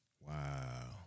Wow